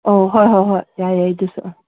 ꯑꯧ ꯍꯣꯏ ꯍꯣꯏ ꯍꯣꯏ ꯌꯥꯏꯌꯦ ꯑꯗꯨꯁꯨ